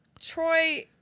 Troy